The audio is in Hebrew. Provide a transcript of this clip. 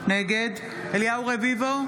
נגד אליהו רביבו,